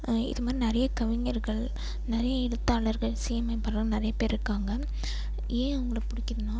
இது மாதிரி நிறைய கவிஞர்கள் நிறைய எழுத்தாளர்கள் சேமிப்பவர்கள் நிறையப் பேர் இருக்காங்க ஏன் அவங்கள பிடிக்கும்னா